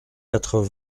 quatre